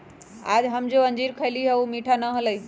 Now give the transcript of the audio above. आज हम जो अंजीर खईली ऊ मीठा ना हलय